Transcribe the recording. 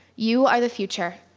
you are the future,